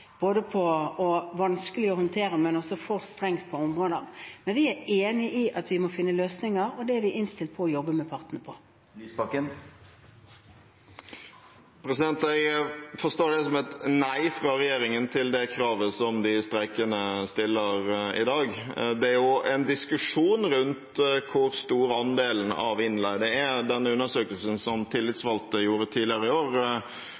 vanskelig å håndtere, men også for strengt på noen områder. Men vi er enig i at vi må finne løsninger, og det er vi innstilt på å jobbe med partene for å finne. Jeg forstår det som et nei fra regjeringen til det kravet som de streikende stiller i dag. Det er jo en diskusjon rundt hvor stor andelen av innleide er. Denne undersøkelsen, som tillitsvalgte gjorde tidligere i år,